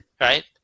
Right